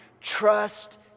trust